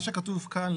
מה שכתוב כאן.